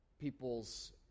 People's